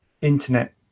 internet